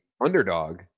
underdog